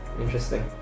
Interesting